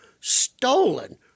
stolen